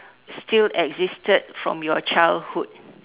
still existed from your childhood